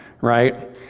right